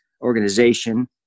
organization